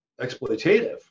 exploitative